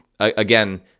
Again